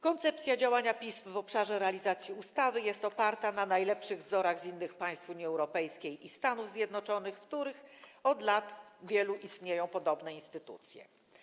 Koncepcja działania PISF w obszarze realizacji ustawy jest oparta na najlepszych wzorach z innych państw Unii Europejskiej i Stanów Zjednoczonych, w których od wielu lat istnieją podobne instytucje.